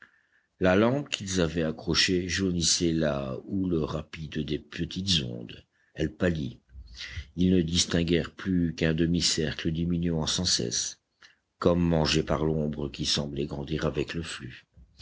la lampe qu'ils avaient accrochée jaunissait la houle rapide des petites ondes elle pâlit ils ne distinguèrent plus qu'un demi-cercle diminuant sans cesse comme mangé par l'ombre qui semblait grandir avec le flux